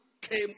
Came